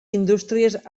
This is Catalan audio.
indústries